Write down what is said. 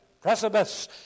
precipice